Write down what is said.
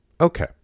Okay